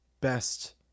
best